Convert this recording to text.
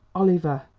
oliver!